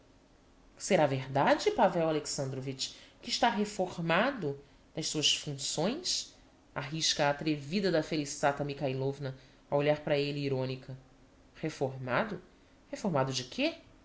será verdade pavel alexandrovitch que está reformado das suas funcções arrisca a atrevida da felissata mikhailovna a olhar para elle ironica reformado reformado de quê